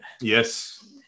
yes